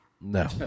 No